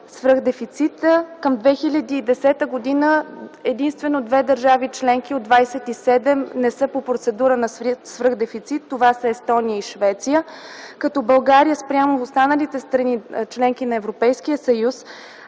свръхдефицита: към 2010 г. единствено две държави членки от 27 не са под процедура на свръх дефицит. Това са Естония и Швеция, като България спрямо останалите страни – членки на Европейския съюз,